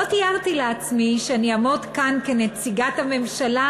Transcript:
לא תיארתי לעצמי שאני אעמוד כאן כנציגת הממשלה